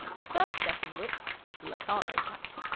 the first step in which is the locarno pact.